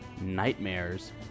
Nightmares